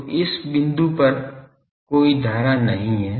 तो इस बिंदु पर कोई धारा नहीं हैं